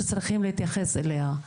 שצריכים להתייחס אליה.